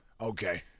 Okay